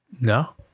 no